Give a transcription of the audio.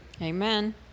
Amen